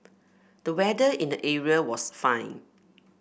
the weather in the area was fine